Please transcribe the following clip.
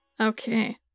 Okay